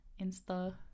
Insta